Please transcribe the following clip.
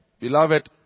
Beloved